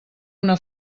una